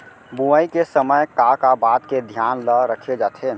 बुआई के समय का का बात के धियान ल रखे जाथे?